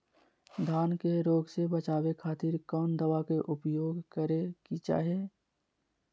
धान के रोग से बचावे खातिर कौन दवा के उपयोग करें कि चाहे?